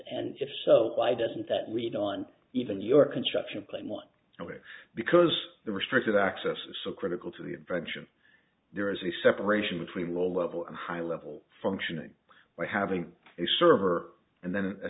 and if so why doesn't that we don't even your construction plan one way because the restricted access is so critical to the adventure there is a separation between low level and high level functioning or having a server and then a